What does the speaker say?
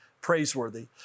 praiseworthy